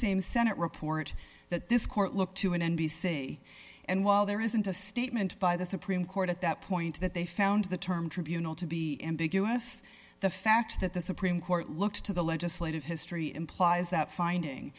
same senate report that this court looked to an n p c and while there isn't a statement by the supreme court at that point that they found the term tribunal to be in big u s the fact that the supreme court looked to the legislative history implies that finding